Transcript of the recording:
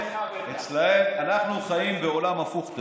אצלם אנחנו חיים בעולם הפוך.